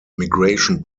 migration